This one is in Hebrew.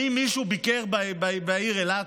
האם מישהו ביקר בעיר אילת?